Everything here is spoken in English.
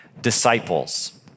disciples